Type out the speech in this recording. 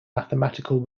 mathematical